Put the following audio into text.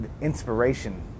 inspiration